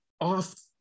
off